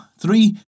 three